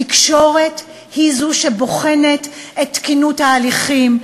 התקשורת היא זו שבוחנת את תקינות ההליכים,